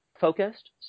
focused